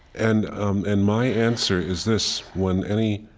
and um and my answer is this when any